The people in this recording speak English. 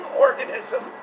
organism